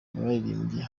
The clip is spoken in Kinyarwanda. baririmbye